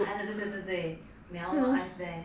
ah